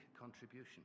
contribution